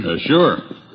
Sure